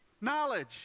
Knowledge